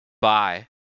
Bye